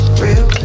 real